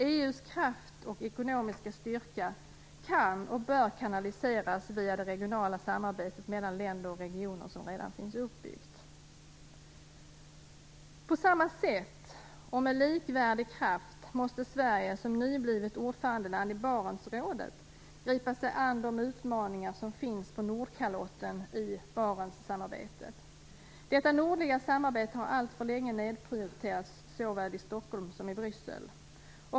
EU:s kraft och ekonomiska styrka kan och bör kanaliseras via det regionala samarbetet som redan finns uppbyggt mellan länder och regioner. På samma sätt och med likvärdig kraft måste Sverige som nyblivet ordförandeland i Barentsrådet inom Barentssamarbetet gripa sig an de utmaningar som finns på Nordkalotten. Detta nordliga samarbete har alltför länge nedprioriterats såväl i Stockholm som i Bryssel.